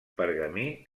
pergamí